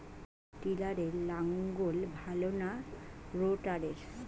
পাওয়ার টিলারে লাঙ্গল ভালো না রোটারের?